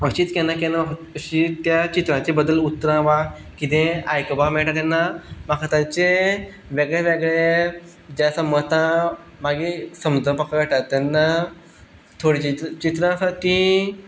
अशींच केन्ना केन्ना अशीं त्या चित्रांचे बद्दल उतरां वा कितेंय आयकपाक मेळटा तेन्ना म्हाका तांचें वेगळें वेगळें जें आसा मतां मागीर समजपाक कळटात तेन्ना थोडींशीं चित्रां आसात तीं